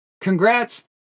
congrats